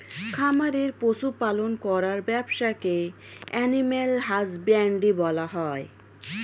খামারে পশু পালন করার ব্যবসাকে অ্যানিমাল হাজবেন্ড্রী বলা হয়